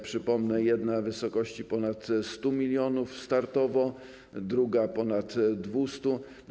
Przypomnę, jedna w wysokości ponad 100 mln startowo, druga - ponad 200.